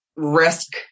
risk